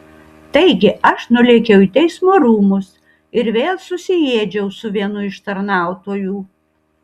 taigi aš nulėkiau į teismo rūmus ir vėl susiėdžiau su vienu iš tarnautojų